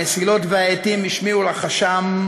/ המסילות והאתים השמיעו רחשם,